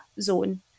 zone